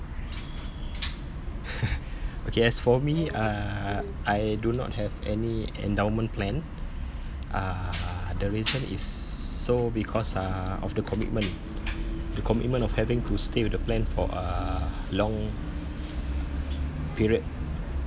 okay as for me uh I do not have any endowment plan uh the reason is so because uh of the commitment the commitment of having to stay with the plan for uh long period